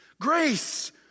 Grace